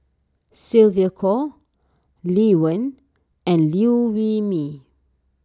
Sylvia Kho Lee Wen and Liew Wee Mee